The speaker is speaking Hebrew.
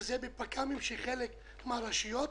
שזה בפק"מים של חלק מן הרשויות.